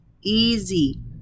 easy